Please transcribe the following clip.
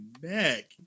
back